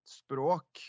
språk